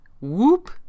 Whoop